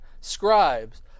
scribes